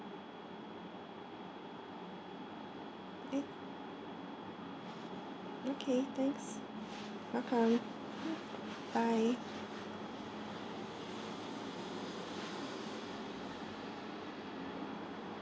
eh okay thanks welcome bye